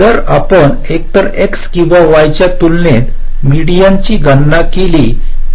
तर जर आपण एकतर x किंवा y च्या तुलनेने मेडीन्स ची गणना केली